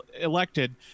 elected